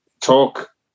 talk